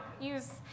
use